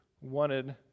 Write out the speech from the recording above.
wanted